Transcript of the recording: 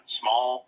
small